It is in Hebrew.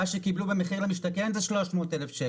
רק במחיר למשתכן קיבלו 300,000 שקל.